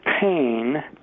pain